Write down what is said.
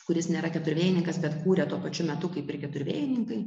kuris nėra keturvėjininkas bet kūrė tuo pačiu metu kaip ir keturvėjininkai